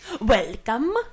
welcome